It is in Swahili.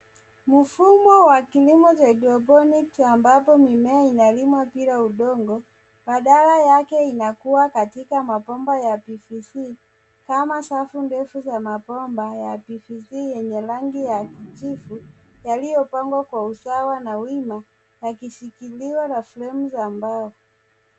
Mfumo wa kilimo cha hydroponics ambapo mimea inalimwa bila udongo, badala yake inakuwa katika mabomba ya PVC, kama safu ndefu za mabomba ya PVC yenye rangi ya kijivu, yaliyopangwa kwa usawa na wima, yakishikiliwa na fremu za mbao.